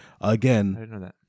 again